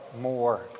more